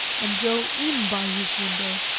and go in by his window?